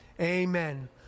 Amen